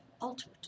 altered